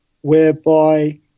whereby